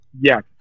yes